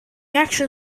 action